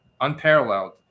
Unparalleled